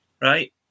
right